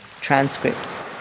Transcripts